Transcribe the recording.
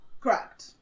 Correct